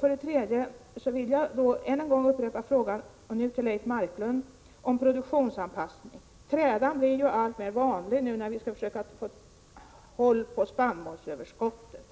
Sedan vill jag upprepa frågan, och nu till Leif Marklund, om produktionsanpassning. Trädan blir ju allt vanligare nu när vi skall försöka begränsa spannmålsöverskottet.